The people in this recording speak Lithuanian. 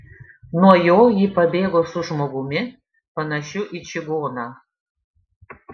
nuo jo ji pabėgo su žmogumi panašiu į čigoną